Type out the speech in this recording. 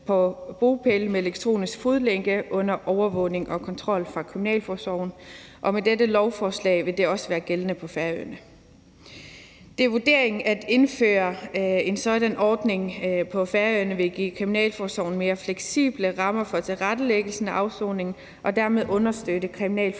på bopælen med elektronisk fodlænke under overvågning og kontrol fra kriminalforsorgen. Med dette lovforslag vil det også være gældende på Færøerne. Det er vurderingen, at indføring af sådan en ordning på Færøerne vil give kriminalforsorgen mere fleksible rammer for at tilrettelægge sådan en afsoning og dermed understøtte